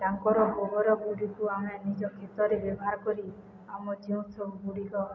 ତାଙ୍କର ଗୋବର ଗୁଡ଼ିକୁ ଆମେ ନିଜ କ୍ଷେତରେ ବ୍ୟବହାର କରି ଆମ ଯେଉଁ ସବୁ ଗୁଡ଼ିକ